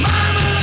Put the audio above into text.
Mama